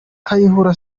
kayihura